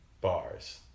bars